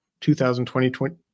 2020